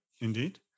Indeed